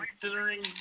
considering